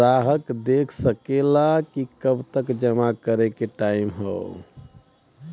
ग्राहक देख सकेला कि कब तक जमा करे के टाइम हौ